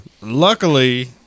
luckily